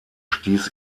stieß